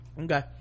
Okay